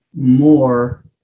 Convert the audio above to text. more